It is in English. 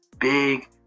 big